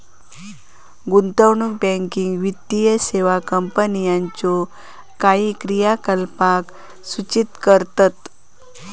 गुंतवणूक बँकिंग वित्तीय सेवा कंपनीच्यो काही क्रियाकलापांक सूचित करतत